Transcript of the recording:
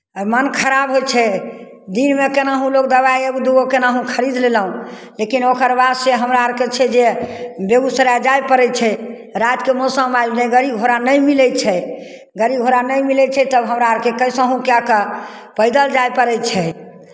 आ मोन खराब होइ छै दिनमे केनाहु लोक दबाइ एक दू गो केनाहु खरीद लेलहुँ लेकिन ओकर बादसँ हमरा आरके छै जे बेगूसराय जाय पड़ै छै रातिके मौसम आयल नहि गाड़ी घोड़ा नहि मिलै छै गाड़ी घोड़ा नहि मिलै छै तब हमरा आरकेँ कैसाहुँ कए कऽ पैदल जाय पड़ै छै